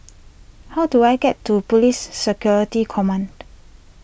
how do I get to Police Security Command